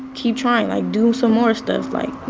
keep trying. like, do some more stuff, like